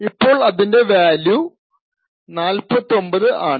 ഇപ്പോൾ അതിന്റെ വാല്യൂ 49 ആണ്